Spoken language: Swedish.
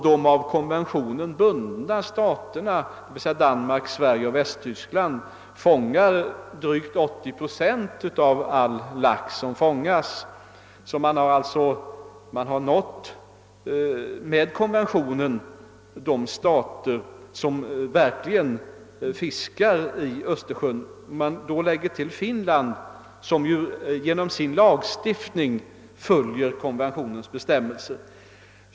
De av konventionen bundna staterna, d.v.s. Danmark, Sverige och Västtyskland, svarar för drygt 80 procent av all lax som fångas. Med konventionen har man alltså nått de stater som verkligen fiskar i Östersjön. Därtill kan läggas Finland, som genom sin lagstiftning följer konventionens bestämmelser.